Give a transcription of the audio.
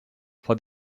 for